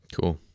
Cool